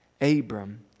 Abram